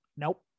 Nope